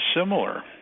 similar